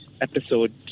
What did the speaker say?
episode